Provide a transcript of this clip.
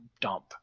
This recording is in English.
dump